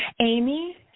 Amy